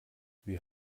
wir